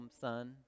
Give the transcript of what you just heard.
son